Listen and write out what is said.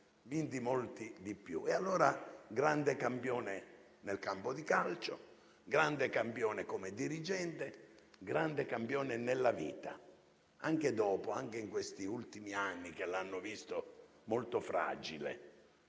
vinti molti di più. Fu un grande campione nel campo di calcio, un grande campione come dirigente e un grande campione nella vita. Anche dopo, anche negli ultimi anni che l'hanno visto molto fragile,